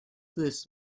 this